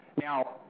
Now